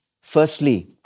Firstly